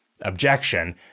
objection